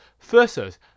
versus